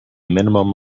minimum